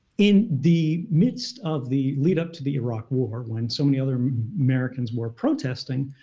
in the midst of the lead up to the iraq war, when so many other americans were protesting,